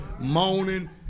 moaning